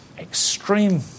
Extreme